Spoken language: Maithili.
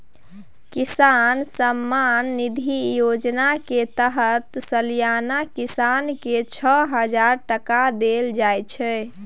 किसान सम्मान निधि योजना केर तहत सलियाना किसान केँ छअ हजार टका देल जाइ छै